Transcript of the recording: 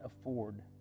afford